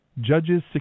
Judges